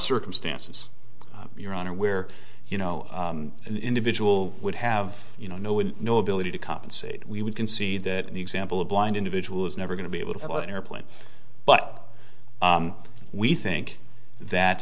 circumstances your honor where you know an individual would have you know with no ability to compensate we would concede that an example a blind individual is never going to be able to file an airplane but we think that